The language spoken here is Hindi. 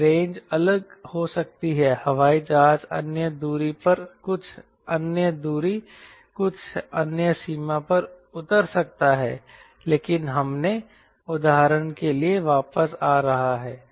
यह रेंज अलग हो सकती है हवाई जहाज अन्य दूरी पर कुछ अन्य दूरी कुछ अन्य सीमा पर उतर सकता है लेकिन हमने उदाहरण के लिए लिया है वापस आ रहा है